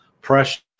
pressure